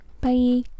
bye